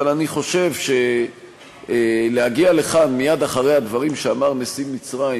אני חושב שלהגיע לכאן מייד אחרי הדברים שאמר נשיא מצרים,